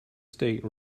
state